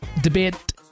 debate